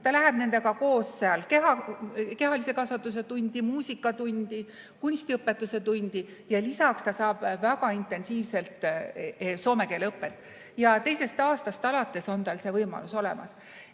Ta läheb nendega koos seal kehalise kasvatuse tundi, muusikatundi, kunstiõpetuse tundi, ja lisaks ta saab väga intensiivselt soome keele õpet. Ja teisest aastast alates on tal see võimalus olemas,